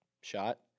shot